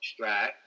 Strat